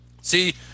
See